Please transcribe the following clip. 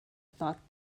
thought